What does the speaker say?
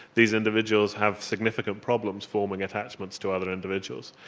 these individuals have significant problems forming attachments to other individuals.